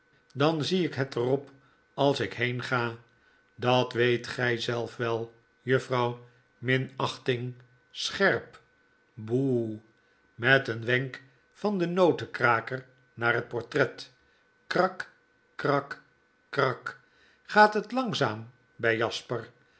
dan zie ik het er op als ik heen ga dat weet gy zelf wel juffrouw minachting scherp boe oe met een zwenk van den notenkraker naar het portret krak krak krak gaat het langzaam by jasper